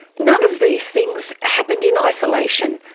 none of these things happened in isolation.